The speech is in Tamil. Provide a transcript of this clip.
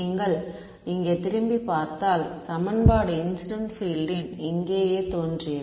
நீங்கள் இங்கே திரும்பிப் பார்த்தால் சமன்பாடு இன்சிடென்ட் பீல்ட் இங்கேயே தோன்றியது